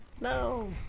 No